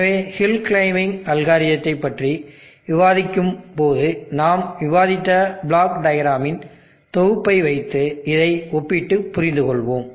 எனவே hill climbing அல்காரிதத்தை பற்றி விவாதிக்கும் போது நாம் விவாதித்த பிளாக் டயக்ராமின் தொகுப்பை வைத்து இதை ஒப்பிட்டுப் புரிந்துகொள்வோம்